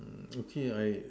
mm okay I err